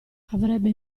avrebbe